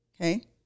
Okay